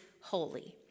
holy